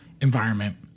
environment